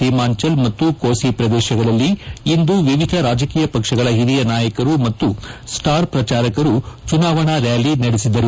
ಸೀಮಾಂಚಲ್ ಮತ್ತು ಕೋಸಿ ಪ್ರದೇಶದಲ್ಲಿ ಇಂದು ವಿವಿಧ ರಾಜಕೀಯ ಪಕ್ಷಗಳ ಹಿರಿಯ ನಾಯಕರು ಮತ್ತು ಸ್ಟಾರ್ ಪ್ರಚಾರಕರು ಚುನಾವಣೆ ರ್್ಯಾಲಿ ನಡೆಸಿದರು